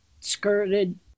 skirted